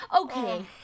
Okay